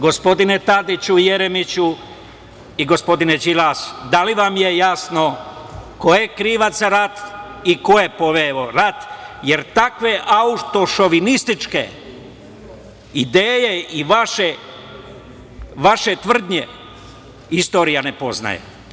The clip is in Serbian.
Gospodine Tadiću, Jeremiću i gospodine Đilas, da li vam je jasno ko je krivac za rat i ko je poveo rat, jer takve autošovinističke ideje i vaše tvrdnje istorija ne poznaje.